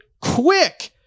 quick